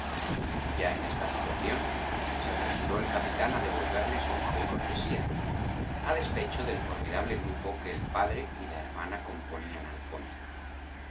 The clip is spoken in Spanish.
ya en esta situación se apresuró el capitán a devolverle su amable cortesía a despecho del formidable grupo que el padre y la hermana componían al fondo